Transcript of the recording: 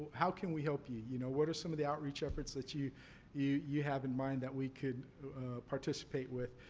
how can we help you? you know, what are some of the outreach efforts that you you have in mind that we can participate with?